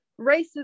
racism